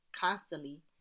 constantly